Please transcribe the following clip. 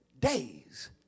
days